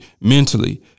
mentally